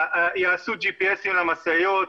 יעשו GPS למשאיות,